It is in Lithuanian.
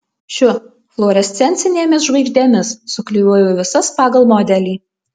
šiu fluorescencinėmis žvaigždėmis suklijuoju visas pagal modelį